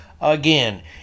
Again